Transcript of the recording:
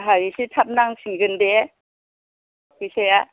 आंहा एसे थाब नांफिनगोन दे फैसाया